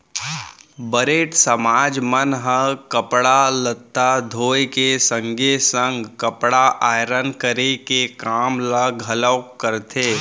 बरेठ समाज मन ह कपड़ा लत्ता धोए के संगे संग कपड़ा आयरन करे के काम ल घलोक करथे